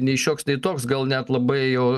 nei šioks nei toks gal net labai jau